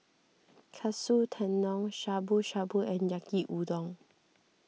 Katsu Tendon Shabu Shabu and Yaki Udon